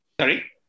Sorry